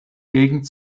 gegend